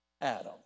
Adam